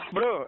Bro